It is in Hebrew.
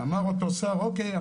אמר אותו שר: אוקיי,